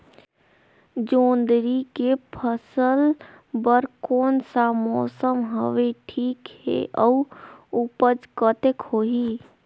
जोंदरी के फसल बर कोन सा मौसम हवे ठीक हे अउर ऊपज कतेक होही?